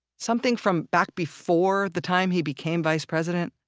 something from back before the time he became vice president?